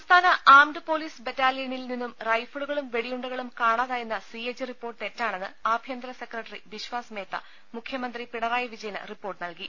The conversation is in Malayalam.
സംസ്ഥാന ആംഡ് പൊലീസ് ബറ്റാലിയനിൽ നിന്നും റൈഫിളുകളും വെടിയുണ്ടകളും കാണാതായെന്ന സി എ ജി റിപ്പോർട്ട് തെറ്റാണെന്ന് ആഭ്യന്തര സെക്രട്ടറി ബിശ്വാസ് മേത്ത മുഖ്യമന്ത്രി പിണറായി വിജയന് റിപ്പോർട്ട് നൽകി